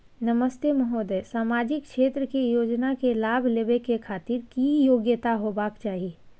नमस्ते महोदय, सामाजिक क्षेत्र के योजना के लाभ लेबै के खातिर की योग्यता होबाक चाही?